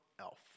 Elf